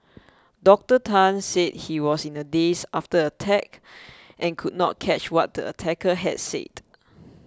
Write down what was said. Doctor Tan said he was in a daze after the attack and could not catch what the attacker had said